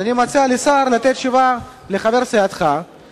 אז אני מציע לשר לתת תשובה לחבר סיעתך,